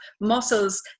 muscles